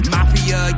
Mafia